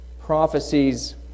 prophecies